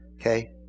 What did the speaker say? Okay